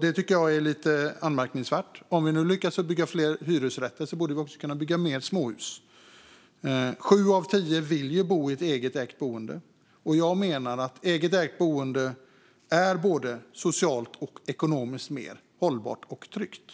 vilket är lite anmärkningsvärt. När det nu byggs fler hyresrätter borde det också kunna byggas fler småhus. Sju av tio vill bo i ett eget ägt boende, och jag menar att eget ägt boende är både socialt och ekonomiskt mer hållbart och tryggt.